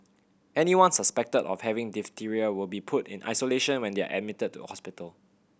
anyone suspected of having diphtheria will be put in isolation when they are admitted to hospital